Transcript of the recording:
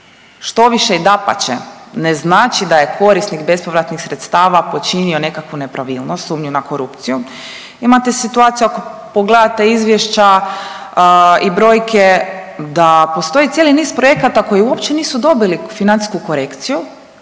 štoviše i dapače, ne znači da je korisnik bespovratnih sredstava počinio nekakvu nepravilnost, sumnju na korupciju. Imate situaciju, ako pogledate izvješća i brojke da postoji cijeli niz projekata koji uopće nisu dobili financijsku korekciju,